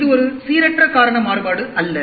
இது ஒரு சீரற்ற காரண மாறுபாடு அல்ல